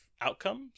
outcomes